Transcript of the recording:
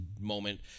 moment